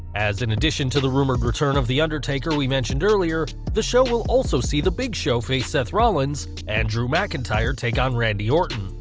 as in addition to the rumoured return of the undertaker we mentioned earlier, the show will also see the big show face seth rollins, and drew mcintyre take on randy orton.